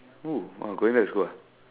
who oh going back to school ah